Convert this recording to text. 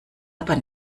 aber